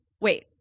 Wait